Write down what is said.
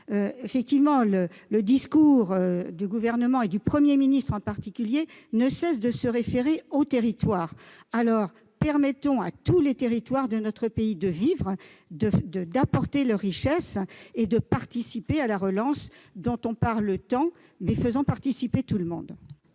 Dans les discours, le Gouvernement, et le Premier ministre en particulier, ne cesse de se référer aux territoires. Alors, permettons à tous les territoires de notre pays de vivre, d'apporter leur richesse et de contribuer à la relance dont on parle tant. Faisons participer tout le monde